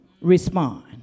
respond